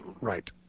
Right